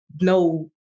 no